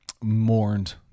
mourned